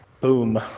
Boom